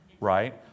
Right